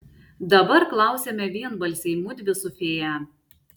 dabar klausiame vienbalsiai mudvi su fėja